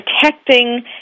protecting